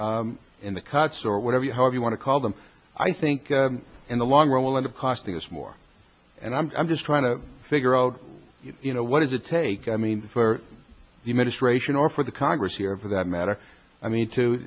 reduction in the cuts or whatever you however you want to call them i think in the long run will end up costing us more and i'm just trying to figure out you know what does it take i mean for the administration or for the congress here for that matter i mean to